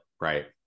right